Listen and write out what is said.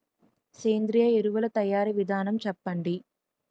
సేంద్రీయ ఎరువుల తయారీ విధానం చెప్పండి?